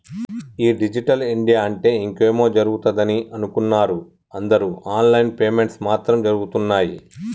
ఈ digital India అంటే ఇంకేమో జరుగుతదని అనుకున్నరు అందరు ఆన్ లైన్ పేమెంట్స్ మాత్రం జరగుతున్నయ్యి